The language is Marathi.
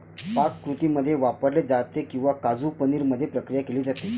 पाककृतींमध्ये वापरले जाते किंवा काजू पनीर मध्ये प्रक्रिया केली जाते